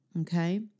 okay